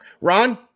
Ron